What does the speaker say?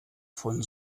von